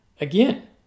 again